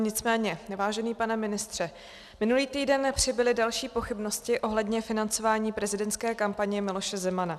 Nicméně vážený pane ministře, minulý týden přibyly další pochybnosti ohledně financování prezidentské kampaně Miloše Zemana.